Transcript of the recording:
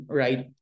right